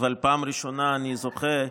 אבל פעם ראשונה אני זוכה,